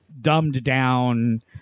dumbed-down